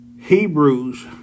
Hebrews